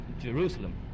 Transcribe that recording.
Jerusalem